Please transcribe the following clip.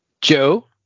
Joe